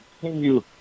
continue